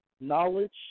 knowledge